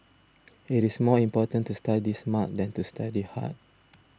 it is more important to study smart than to study hard